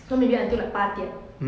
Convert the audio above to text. so maybe until like